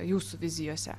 jūsų vizijose